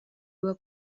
dua